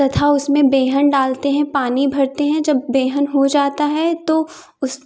तथा उसमें बेंहन डालते हैं पानी भरते हैं जब बेंहन हो जाता है तो उस